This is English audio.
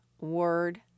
word